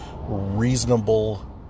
reasonable